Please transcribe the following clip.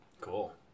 Cool